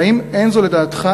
והאם אין זה, לדעתך,